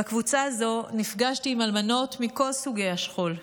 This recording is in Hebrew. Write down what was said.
בקבוצה הזו נפגשתי עם אלמנות מכל סוגי השכול.